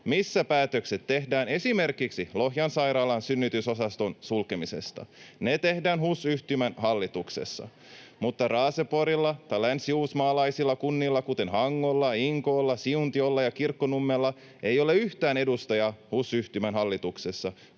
Missä päätökset tehdään esimerkiksi Lohjan sairaalan synnytysosaston sulkemisesta? Ne tehdään HUS-yhtymän hallituksessa, mutta Raaseporilla tai länsiuusmaalaisilla kunnilla, kuten Hangolla, Inkoolla, Siuntiolla ja Kirkkonummella, ei ole yhtään edustajaa HUS-yhtymän hallituksessa,